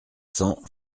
cents